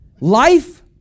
life